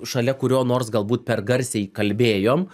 šalia kurio nors galbūt per garsiai kalbėjom